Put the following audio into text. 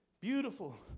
Beautiful